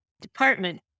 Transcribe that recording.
department